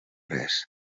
pres